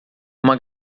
uma